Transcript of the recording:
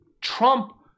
Trump